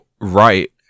right